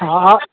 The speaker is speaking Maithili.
हँ